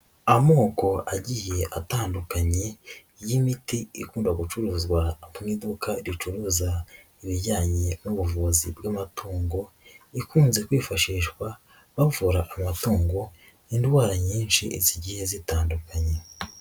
Amoko agiye atandukanye y'imiti ikunda gucuruzwa mu iduka ricuruza ibijyanye n'ubuvuzi bw'amatungo, ikunze kwifashishwa, bavura amatungo, indwara nyinshi zigiye zitandukanye.